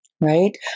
right